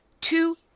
two